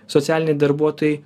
socialiniai darbuotojai